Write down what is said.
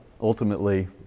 ultimately